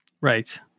Right